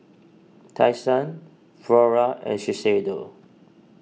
Tai Sun Flora and Shiseido